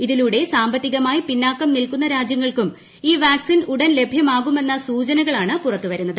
ഇതിലൂടെ സാമ്പത്തികമായി പിന്നാക്കം നിൽക്കുന്ന രാജ്യങ്ങൾക്കും ഈ വാക്സിൻ ഉടൻ ലഭൃമാകുമെന്ന സൂചനകളാണ് പുറത്തു വരുന്നത്